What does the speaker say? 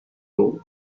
old